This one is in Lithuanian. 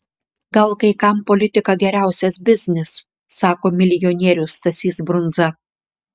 gal kai kam politika geriausias biznis sako milijonierius stasys brundza